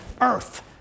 earth